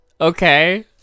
Okay